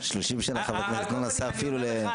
על כל פנים אני אומר לך,